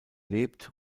lebt